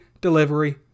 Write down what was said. delivery